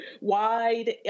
wide